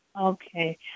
Okay